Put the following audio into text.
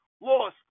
lost